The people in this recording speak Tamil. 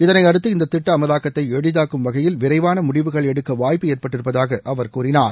இதனையடுத்து இந்த திட்ட அமலாக்கத்தை எளிதாக்கும் வகையில் விரைவான முடிவுகள் எடுக்க வாய்ப்பு ஏற்பட்டு இருப்பதாக அவர் கூறினார்